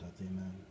amen